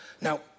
now